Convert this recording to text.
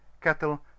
cattle